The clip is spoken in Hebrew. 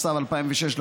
התשס"ו 2006,